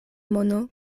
mono